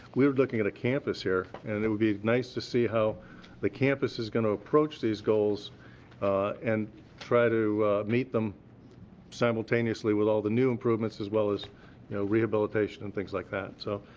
we're looking at a campus here, and it would be nice to see how the campus is going to approach these goals and try to meet them simultaneously with all the new improvements, as well as you know rehabilitation and things like that. so,